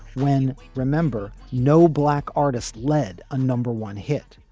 when, remember, no black artists led a number one hit.